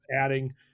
adding